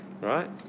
right